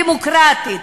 דמוקרטית.